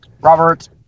Robert